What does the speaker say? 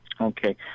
Okay